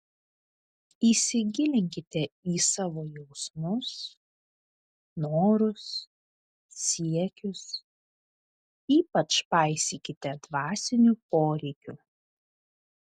įsigilinkite į savo jausmus norus siekius ypač paisykite dvasinių poreikių